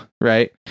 right